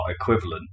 equivalent